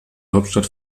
hauptstadt